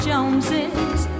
Joneses